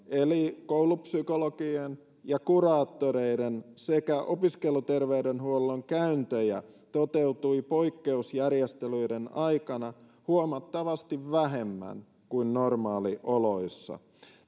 eli koulupsykologien ja kuraattoreiden sekä opiskeluterveydenhuollon käyntejä toteutui poikkeusjärjestelyiden aikana huomattavasti vähemmän kuin normaalioloissa